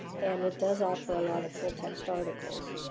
and it does offer a lot of full-text articles.